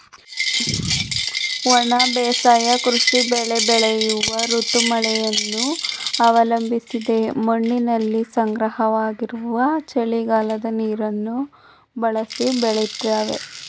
ಒಣ ಬೇಸಾಯ ಕೃಷಿ ಬೆಳೆ ಬೆಳೆಯುವ ಋತು ಮಳೆಯನ್ನು ಅವಲಂಬಿಸದೆ ಮಣ್ಣಿನಲ್ಲಿ ಸಂಗ್ರಹವಾಗಿರುವ ಚಳಿಗಾಲದ ನೀರನ್ನು ಬಳಸಿ ಬೆಳಿತವೆ